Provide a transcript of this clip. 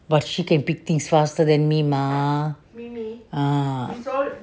but she can pick things faster than me mah ah